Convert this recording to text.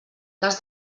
cas